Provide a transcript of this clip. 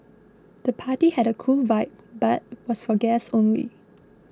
the party had a cool vibe but was for guests only